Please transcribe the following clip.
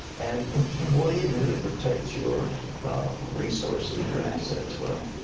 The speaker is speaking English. and and what do you do to protect your resources, your assets? well,